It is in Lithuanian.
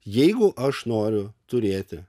jeigu aš noriu turėti